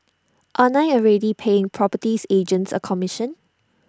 aren't I already paying properties agents A commission